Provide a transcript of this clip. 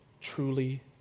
truly